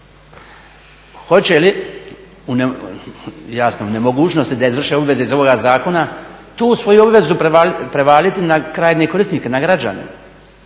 Hoće li u nemogućnosti da izvrše obveze iz ovoga zakona, tu svoju obvezu prevaliti na krajnje korisnike, na građane